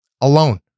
alone